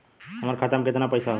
हमरे खाता में कितना पईसा हौ?